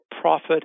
profit